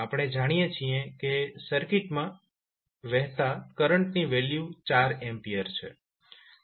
આપણે જાણીએ છીએ કે સર્કિટમાં વહેતા કરંટની વેલ્યુ 4A છે જેની આપણે હમણાં જ ગણતરી કરી છે